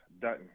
Dutton